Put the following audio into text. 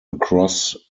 across